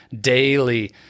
daily